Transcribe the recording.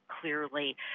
clearly